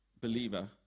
believer